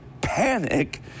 panic